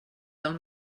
del